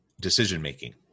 decision-making